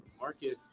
Marcus